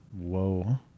Whoa